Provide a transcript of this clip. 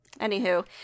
anywho